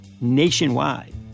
nationwide